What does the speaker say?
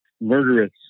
murderous